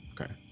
Okay